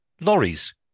lorries